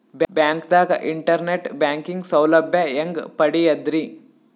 ಬ್ಯಾಂಕ್ದಾಗ internet banking ಸೌಲಭ್ಯ ಹೆಂಗ್ ಪಡಿಯದ್ರಿ?